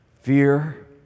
Fear